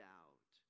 out